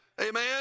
Amen